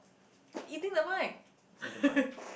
I'm eating the mic